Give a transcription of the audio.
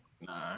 nah